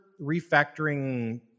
refactoring